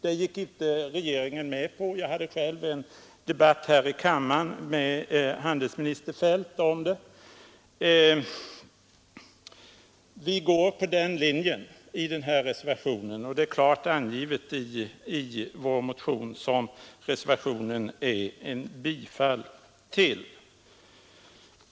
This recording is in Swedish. Det gick inte regeringen med på, och jag förde själv en debatt här i kammaren med handelsminister Feldt om det förslaget. Vi går på den här linjen i reservationen, och vår ståndpunkt är klart angiven i vår motion, som reservationen tillstyrker bifall till.